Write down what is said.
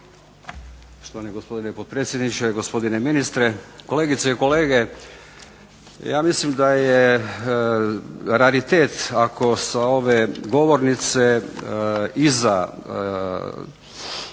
Štovani gospodine potpredsjedniče, gospodine ministre, kolegice i kolege. Ja mislim da je raritet ako sa ove govornice iza